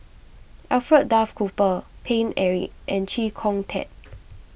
Alfred Duff Cooper Paine Eric and Chee Kong Tet